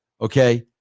Okay